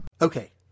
Okay